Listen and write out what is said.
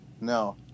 No